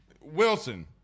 Wilson